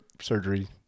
surgery